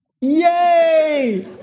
Yay